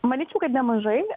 manyčiau kad nemažai